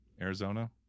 Arizona